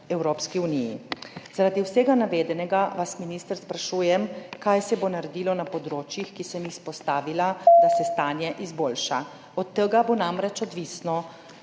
Evropski uniji. Zaradi vsega navedenega vas, minister, sprašujem: Kaj se bo naredilo na področjih, ki sem jih izpostavila, da se stanje izboljša? Od tega bo namreč odvisno,